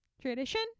tradition